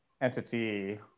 entity